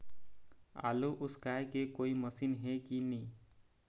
आलू उसकाय के कोई मशीन हे कि नी?